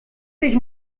ich